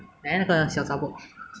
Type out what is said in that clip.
他去什么 course